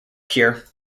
cure